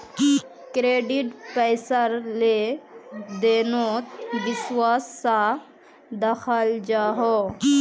credit पैसार लें देनोत विश्वास सा दखाल जाहा